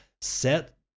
set